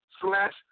slash